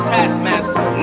Taskmaster